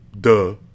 Duh